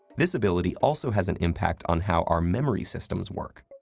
this ability also has an impact on how our memory systems work.